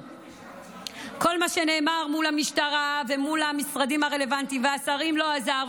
כל מה שנאמר מול המשטרה ומול המשרדים הרלוונטיים והשרים לא עזר.